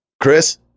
Chris